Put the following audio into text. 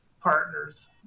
partners